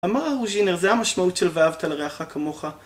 אמר הרוג'ינר זה המשמעות של ואהבת לרעך כמוך